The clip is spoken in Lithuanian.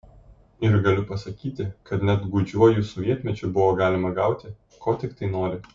ir galiu pasakyti kad net gūdžiuoju sovietmečiu buvo galima gauti ko tiktai nori